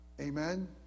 Amen